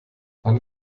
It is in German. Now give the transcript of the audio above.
wann